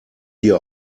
dir